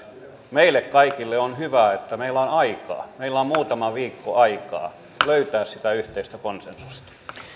meille kaikille on hyvä että meillä on aikaa meillä on muutama viikko aikaa löytää sitä yhteistä konsensusta